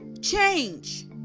Change